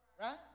Right